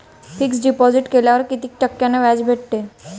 Fix deposit केल्यावर कितीक टक्क्यान व्याज भेटते?